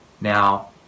Now